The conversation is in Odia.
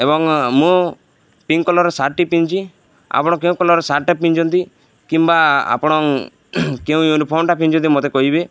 ଏବଂ ମୁଁ ପିଙ୍କ କଲର୍ ସାର୍ଟଟି ପିନ୍ଧିଛି ଆପଣ କେଉଁ କଲର୍ ସାର୍ଟଟା ପିନ୍ଧିଛନ୍ତି କିମ୍ବା ଆପଣ କେଉଁ ୟୁନିଫର୍ମଟା ପିନ୍ଧିଛନ୍ତି ମୋତେ କହିବେ